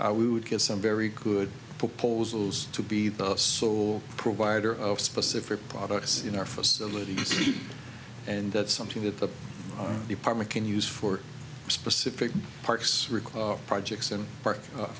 if we would get some very good proposals to be the saw provider of specific products in our facilities and that's something that the department can use for specific parks recall projects and park